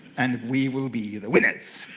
and we will be the winners.